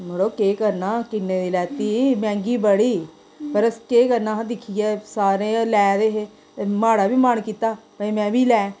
मड़ो केह् करना किन्ने दी लैती मैंह्गी बड़ी पर केह् करना हा दिक्खियै सारे गै लै दे हे ते म्हाड़ा बी मन कीता भई में बी लैं